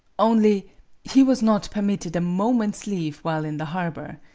only he was not permitted a moment's leave while in the harbor.